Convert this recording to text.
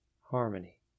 harmony